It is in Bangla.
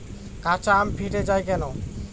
কাঁচা আম ফেটে য়ায় কেন?